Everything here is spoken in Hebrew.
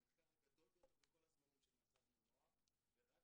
המחקר הגדול ביותר בכל הזמנים שנעשה על בני נוער והראה